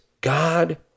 God